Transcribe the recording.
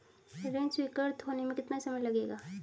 ऋण स्वीकृत होने में कितना समय लगेगा?